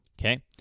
okay